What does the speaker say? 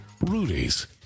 Rudy's